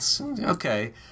okay